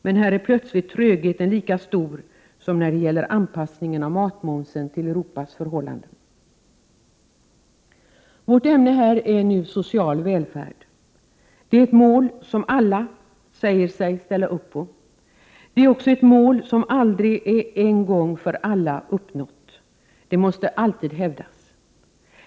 Men i detta sammanhang är trögheten plötsligt lika stor som när det gäller anpassningen av matmomsen till förhållandena i övriga Europa. Vårt ämne här är social välfärd. Det är ett mål som alla säger sig ställa sig bakom. Det är också ett mål som aldrig är en gång för alla uppnått. Det måste alltid hävdas.